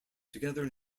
together